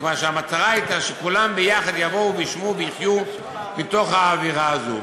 מכיוון שהמטרה הייתה שכולם יחד יבואו וישבו ויחיו בתוך האווירה הזאת.